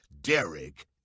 Derek